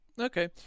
Okay